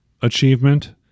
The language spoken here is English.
achievement